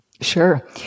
Sure